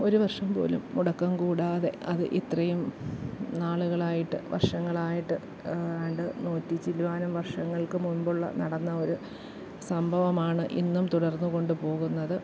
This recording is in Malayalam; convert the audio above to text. ഒരു വർഷം പോലും മുടക്കം കൂടാതെ അത് ഇത്രയും നാളുകളായിട്ട് വർഷങ്ങളായിട്ട് ഏതാണ്ട് നൂറ്റി ചില്ല്വാനം വർഷങ്ങൾക്ക് മുമ്പുള്ള നടന്ന ഒരു സംഭവമാണ് ഇന്നും തുടർന്ന് കൊണ്ട് പോകുന്നത്